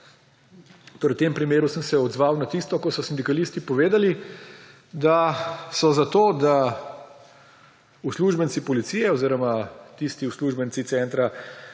v tem primeru sem se odzval na tisto, ko so sindikalisti povedali, da uslužbenci policije oziroma tisti uslužbenci Centra